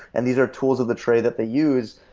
and these are tools of the trade that they use.